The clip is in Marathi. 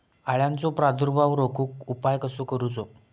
अळ्यांचो प्रादुर्भाव रोखुक उपाय कसो करूचो?